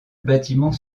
bâtiment